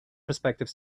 prospective